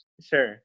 Sure